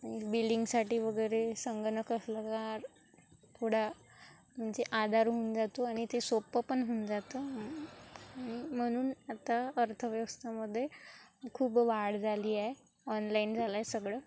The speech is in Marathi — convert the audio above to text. बिलिंगसाठी वगैरे संगणक असलं तर थोडा म्हणजे आधार होऊन जातो आणि ते सोपं पण होऊन जातं म्हणून आता अर्थव्यवस्थामध्ये खूप वाढ झाली आहे ऑनलाईन झालं आहे सगळं